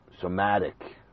somatic